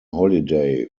holiday